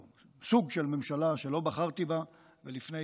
או סוג של ממשלה, שלא בחרתי בה, שלפני